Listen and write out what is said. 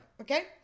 okay